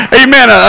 amen